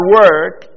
work